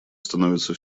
становятся